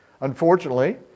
Unfortunately